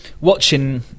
watching